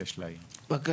אני